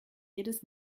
jedes